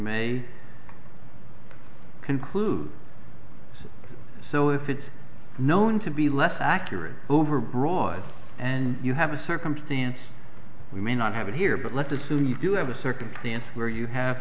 may conclude so if it's known to be less accurate overbroad and you have a circumstance we may not have it here but let's assume you do have a circumstance where you have